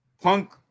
Punk